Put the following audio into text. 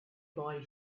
boy